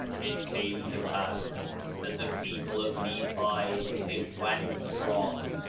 it came to pass that the people of nephi did wax strong,